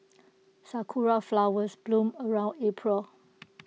Sakura Flowers bloom around April